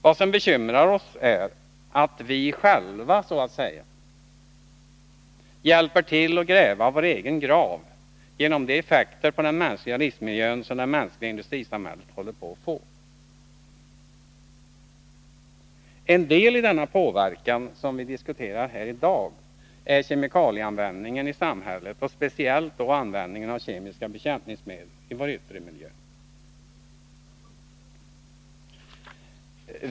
Vad som bekymrar oss är att vi själva hjälper till att gräva vår egen grav genom de effekter på den mänskliga livsmiljön som det mänskliga industrisamhället håller på att få. En deli denna påverkan som vi diskuterar här i dag är kemikalieanvändningen i samhället och speciellt då användande av kemiska bekämpningsmedel i vår yttre miljö.